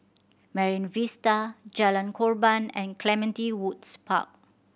Marine Vista Jalan Korban and Clementi Woods Park